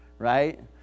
Right